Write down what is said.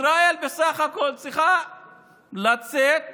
ישראל בסך הכול צריכה לצאת מהגולן.